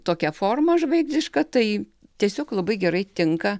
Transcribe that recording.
tokią formą žvaigždišką tai tiesiog labai gerai tinka